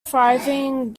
thriving